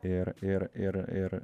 ir ir ir ir